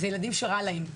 ילדים שרע להם.